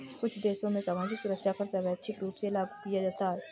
कुछ देशों में सामाजिक सुरक्षा कर स्वैच्छिक रूप से लागू किया जाता है